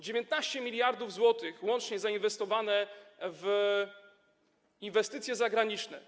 19 mld zł łącznie zainwestowane w inwestycje zagraniczne.